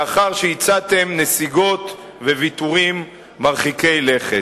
לאחר שהצעתם נסיגות וויתורים מרחיקי לכת.